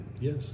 Yes